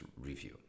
review